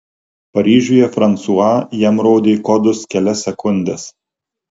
paryžiuje fransua jam rodė kodus kelias sekundes